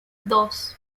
dos